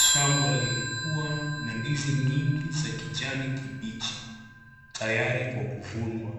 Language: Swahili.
Shamba lilikua na ndizi nyingi za kijani kibichi tayari kwa kuvunua.